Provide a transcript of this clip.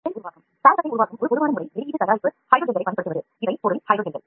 gel உருவாக்கம் Scaffold உருவாக்கும் ஒரு பொதுவான முறை ஹைட்ரஜல்களைப் பயன்படுத்துவதாகும்